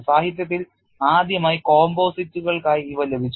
സാഹിത്യത്തിൽ ആദ്യമായി composite കൾക്കായി ഇവ ലഭിച്ചു